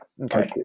Okay